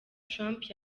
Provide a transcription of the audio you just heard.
trump